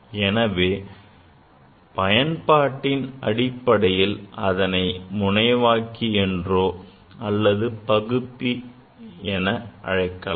எனவே பயன்பாட்டின் அடிப்படையில் அதனை முனைவாக்கி என்றோ அல்லது பகுப்பி என அழைக்கலாம்